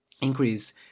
increase